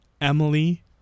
Emily